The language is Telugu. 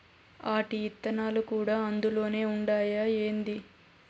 ఆటి ఇత్తనాలు కూడా అందులోనే ఉండాయా ఏంది